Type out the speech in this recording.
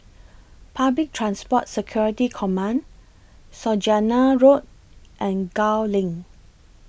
Public Transport Security Command Saujana Road and Gul LINK